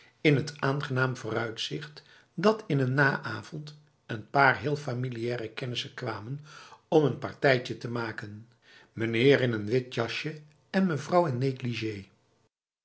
in het aangenaam vooruitzicht dat in de na avond een paar heel familiare kennissen kwamen om n partijtje te maken meneer in een wit jasje en mevrouw in negligé